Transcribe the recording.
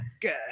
Good